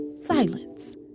silence